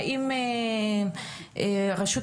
אני חייבת